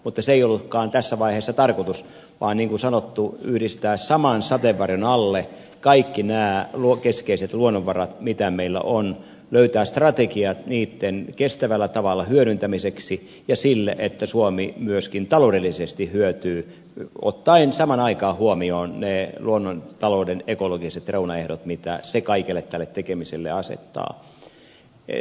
mutta se ei ollutkaan tässä vaiheessa tarkoitus vaan niin kuin sanottu yhdistää saman sateenvarjon alle kaikki nämä keskeiset luonnonvarat mitä meillä on löytää strategiat niitten kestävällä tavalla hyödyntämiseksi ja sille että suomi myöskin taloudellisesti hyötyy ottaen samaan aikaan huomioon ne luonnontalouden ekologiset reunaehdot mitä se kaikelle tälle tekemiselle asettaa